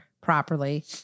properly